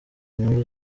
nyungu